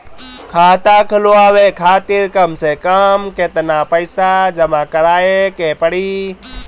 खाता खुलवाये खातिर कम से कम केतना पईसा जमा काराये के पड़ी?